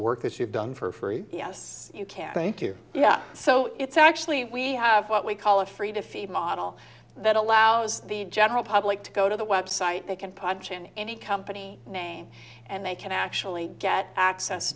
that you've done for free yes you can thank you yeah so it's actually we have what we call a free to feed model that allows the general public to go to the website they can punch in any company name and they can actually get access